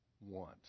want